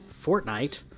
Fortnite